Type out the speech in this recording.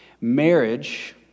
Marriage